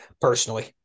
personally